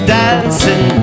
dancing